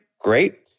Great